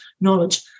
knowledge